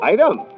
Item